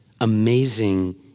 amazing